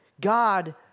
God